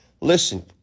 Listen